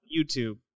YouTube